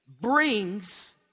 brings